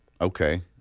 Okay